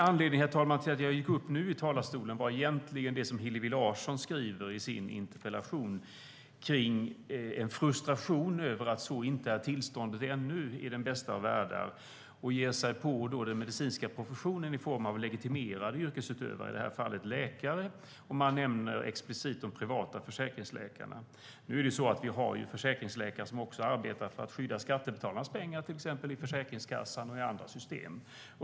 Anledningen till att jag gick upp nu i talarstolen, herr talman, var egentligen det som Hillevi Larsson skriver i sin interpellation om en frustration över att tillståndet inte är sådant ännu i den bästa av världar. Hon ger sig på den medicinska professionen i form av legitimerade yrkesutövare, i det här fallet läkare. Hon nämner explicit de privata försäkringsläkarna. Vi har försäkringsläkare som också arbetar för att skydda skattebetalarnas pengar, till exempel i Försäkringskassan och i andra system.